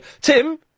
Tim